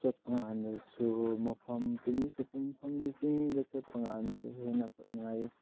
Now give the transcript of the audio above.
ꯆꯠꯄꯀꯥꯟꯗꯁꯨ ꯃꯐꯝ ꯄꯤꯛꯅꯤꯛ ꯆꯠꯄ ꯃꯐꯝ ꯆꯤꯡꯗ ꯆꯠꯄꯀꯥꯟꯗꯗꯤ ꯍꯦꯟꯅ ꯅꯨꯡꯉꯥꯏꯌꯦ